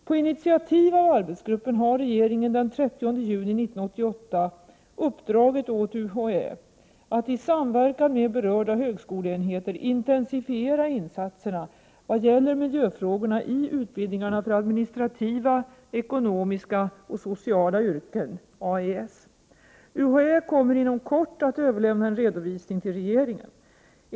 På initiativ av arbetsgruppen har regeringen den 30 juni 1988 uppdragit åt UHÄ att i samverkan med berörda högskoleenheter intensifiera insatserna vad gäller miljöfrågorna i utbildningarna för administrativa, ekonomiska och sociala yrken . UHÄ kommer inom kort att överlämna en redovisning tillregeringen.